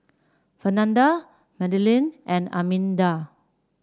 Fernanda Madlyn and Arminda